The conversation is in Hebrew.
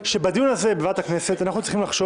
בדיון הזה בוועדת הכנסת אנחנו צריכים לחשוב